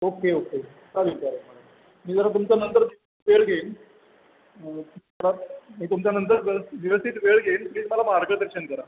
okay okay चालेल चालेल madam मी जरा तुमचा नंतर वेळ घेईन मी तुमच्यानंतर व्यवस्थित वेळ घेईन प्लीज मला मार्गदर्शन करा